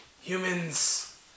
Humans